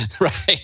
right